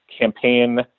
campaign